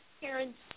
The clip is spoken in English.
parents